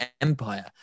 Empire